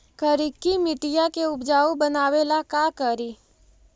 करिकी मिट्टियां के उपजाऊ बनावे ला का करी?